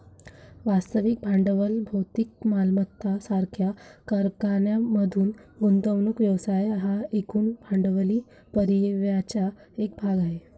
वास्तविक भांडवल भौतिक मालमत्ता सारख्या कारखान्यांमध्ये गुंतवणूक व्यवसाय हा एकूण भांडवली परिव्ययाचा एक भाग आहे